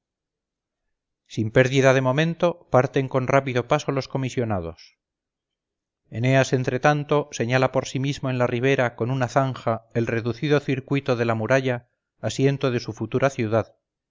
sin pérdida de momento parten con rápido paso los comisionados eneas entre tanto señala por sí mismo en la ribera con una zanja el reducido circuito de la muralla asiento de su futura ciudad